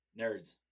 Nerds